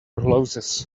louses